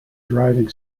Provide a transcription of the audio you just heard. driving